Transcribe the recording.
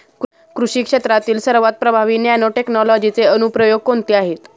कृषी क्षेत्रातील सर्वात प्रभावी नॅनोटेक्नॉलॉजीचे अनुप्रयोग कोणते आहेत?